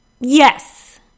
Yes